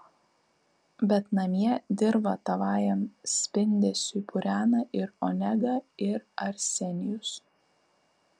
bet namie dirvą tavajam spindesiui purena ir onega ir arsenijus